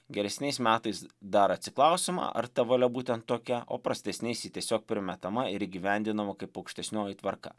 geresniais metais dar atsiklausiama ar ta valia būtent tokia o prastesniais ji tiesiog primetama ir įgyvendinama kaip aukštesnioji tvarka